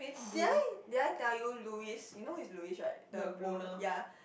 did I did I tell you Louis you know who is Louis right the blue ya